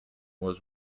was